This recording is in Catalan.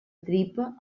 tripa